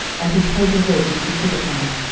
and his heavy yoke which he put upon us,